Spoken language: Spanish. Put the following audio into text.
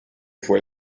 fue